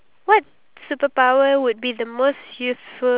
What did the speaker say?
in order for you to be successful in life